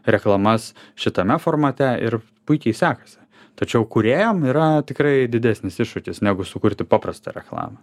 reklamas šitame formate ir puikiai sekasi tačiau kūrėjam yra tikrai didesnis iššūkis negu sukurti paprastą reklamą